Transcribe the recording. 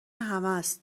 همست